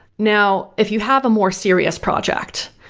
now if you have a more serious project,